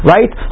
Right